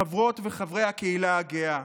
חברות וחברי הקהילה הגאה.